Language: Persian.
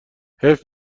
حیف